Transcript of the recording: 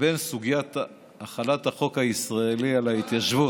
לבין סוגיית החלת החוק הישראלי על ההתיישבות.